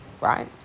right